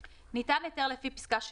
(6)ניתן היתר לפי פסקה (3),